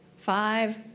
Five